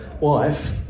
wife